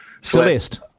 Celeste